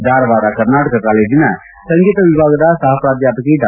ಧಾರವಾಡ ಕರ್ನಾಟಕ ಕಾಲೇಜಿನ ಸಂಗೀತ ವಿಭಾಗದ ಸಹ ಪ್ರಾಧ್ಯಾಪಕಿ ಡಾ